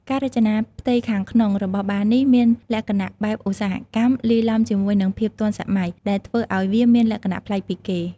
ការរចនាផ្ទៃខាងក្នុងរបស់បារនេះ មានលក្ខណៈបែបឧស្សាហកម្មលាយឡំជាមួយនឹងភាពទាន់សម័យ ដែលធ្វើឱ្យវាមានលក្ខណៈប្លែកពីគេ។